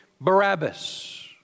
Barabbas